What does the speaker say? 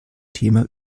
thema